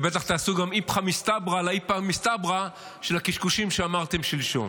ובטח תעשו גם איפכא מסתברא על האיפכא מסתברא של הקשקושים שאמרתם שלשום.